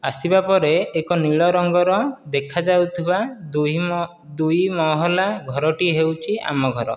ଆସିବା ପରେ ଏକ ନୀଳ ରଙ୍ଗର ଦେଖାଯାଉଥିବା ଦୁଇ ଦୁଇ ମହଲା ଘରଟି ହେଉଛି ଆମ ଘର